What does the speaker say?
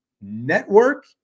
Network